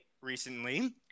recently